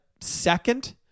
second